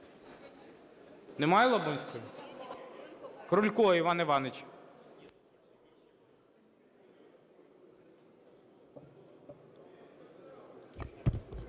Немає Лабунської? Крулько Іван Іванович.